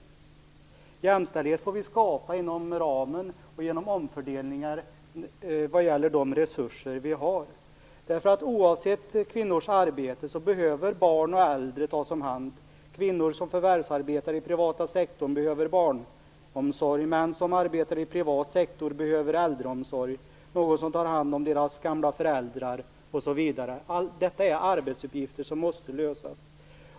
Jämställdhet får vi skapa inom ramen och genom omfördelning av de resurser vi har. Oavsett kvinnors arbete behöver barn och äldre tas om hand. Kvinnor som förvärvsarbetar i privata sektorn behöver barnomsorg, män som arbetar i privat sektor behöver äldreomsorg, någon som tar hand om deras gamla föräldrar. Detta är arbetsuppgifter som måste lösas.